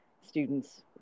students